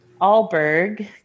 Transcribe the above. Alberg